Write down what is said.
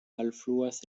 alfluas